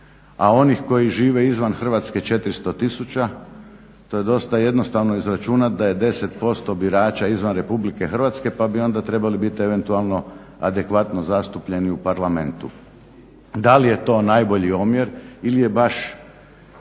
a onih koji žive izvan Hrvatske 400 tisuća to je dosta jednostavno izračunati da je 10% birača izvan RH pa bi onda trebali biti eventualno adekvatno zastupljeni u Parlamentu. Da li je to najbolji omjer ili je baš